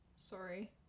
Sorry